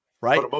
right